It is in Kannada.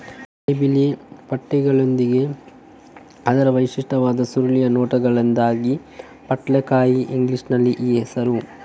ತಿಳಿ ಬಿಳಿ ಪಟ್ಟೆಗಳೊಂದಿಗೆ ಅದರ ವಿಶಿಷ್ಟವಾದ ಸುರುಳಿಯ ನೋಟದಿಂದಾಗಿ ಪಟ್ಲಕಾಯಿಗೆ ಇಂಗ್ಲಿಷಿನಲ್ಲಿ ಈ ಹೆಸರು